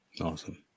Awesome